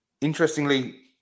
Interestingly